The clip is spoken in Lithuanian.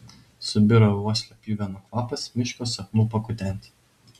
subiro į uoslę pjuvenų kvapas miško sapnų pakutenti